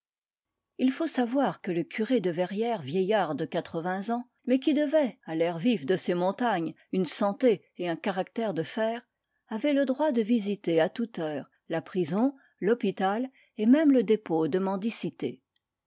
il faut savoir que le curé de verrières vieillard de quatre-vingts ans mais qui devait à l'air vif de ces montagnes une santé et un caractère de fer avait le droit de visiter à toute heure la prison l'hôpital et même le dépôt de mendicité